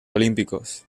olímpicos